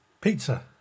Pizza